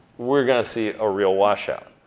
we're gonna see a real wash out.